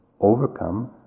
overcome